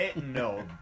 No